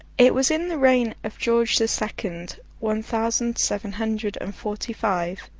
it was in the reign of george the second, one thousand seven hundred and forty-five,